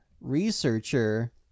researcher